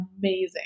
amazing